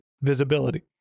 visibility